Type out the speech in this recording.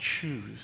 choose